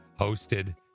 hosted